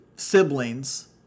siblings